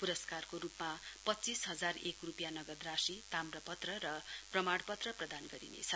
पुरस्कारको रुपमा पञ्चीस हजार एक रुपियाँ नगज राशि तामपत्र र प्रमाण पत्र प्रदान गरिनेछ